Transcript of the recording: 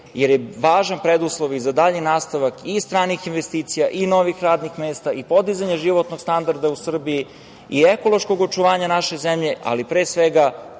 jer je važan preduslov i za dalji nastavak i stranih investicija i novih radnih mesta, i podizanje životnog standarda u Srbiji i ekološkog očuvanja naše zemlje, ali pre svega,